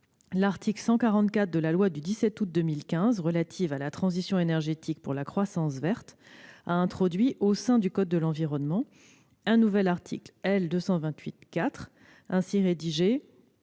l'article 144 de la loi du 17 août 2015 relative à la transition énergétique pour la croissance verte a introduit, au sein du code de l'environnement, un nouvel article L. 228-4 ainsi rédigé